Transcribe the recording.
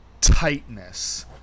tightness